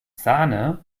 sahne